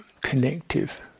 connective